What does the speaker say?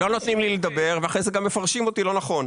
לא נותנים לי לדבר ואחר כך גם מפרשים אותי לא נכון.